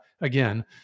again